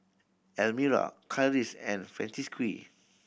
Elmyra Karis and Francisqui